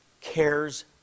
cares